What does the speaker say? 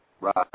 right